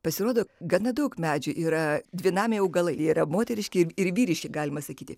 pasirodo gana daug medžių yra dvinamiai augalai yra moteriški ir vyriški galima sakyti